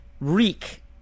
reek